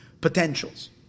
potentials